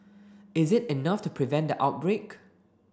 is it enough to prevent the outbreak